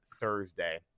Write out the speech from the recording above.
Thursday